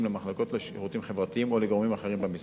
למחלקות לשירותים חברתיים או לגורמים אחרים במשרד.